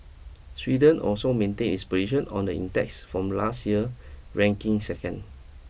Sweden also maintain its position on the index from last year ranking second